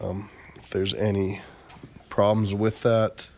t if there's any problems with that